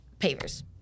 pavers